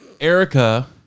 Erica